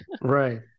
right